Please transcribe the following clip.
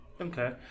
okay